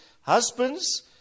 husbands